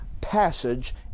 passage